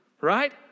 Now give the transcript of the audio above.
right